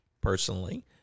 personally